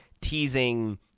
teasing